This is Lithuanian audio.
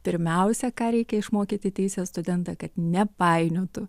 pirmiausia ką reikia išmokyti teisės studentą kad nepainiotų